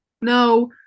no